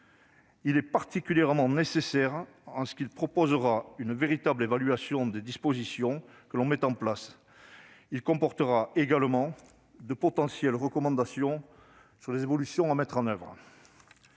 Il est particulièrement nécessaire en ce qu'il permettra une véritable évaluation des dispositions mises en place. Il comportera également de potentielles recommandations sur les évolutions à mettre en oeuvre.